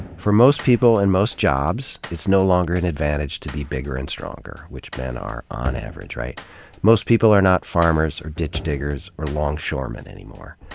for most people and most jobs, it's no longer an advantage to be bigger and stronger, which men are, on average. most people are not farmers or ditch diggers or longshoremen anymore.